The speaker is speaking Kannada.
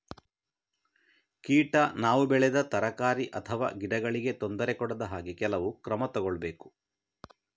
ಕೀಟ ನಾವು ಬೆಳೆದ ತರಕಾರಿ ಅಥವಾ ಗಿಡಗಳಿಗೆ ತೊಂದರೆ ಕೊಡದ ಹಾಗೆ ಕೆಲವು ಕ್ರಮ ತಗೊಳ್ಬೇಕು